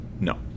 No